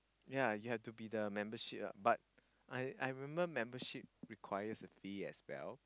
yea you have to be the membership ah but I I remember membership requires a fee as well